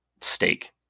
steak